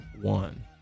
One